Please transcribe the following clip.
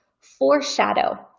foreshadow